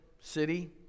City